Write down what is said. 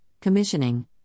commissioning